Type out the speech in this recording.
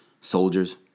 Soldiers